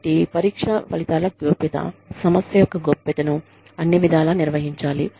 కాబట్టి పరీక్ష ఫలితాల గోప్యత సమస్య యొక్క గోప్యతను అన్ని విధాల నిర్వహించాలి